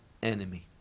enemy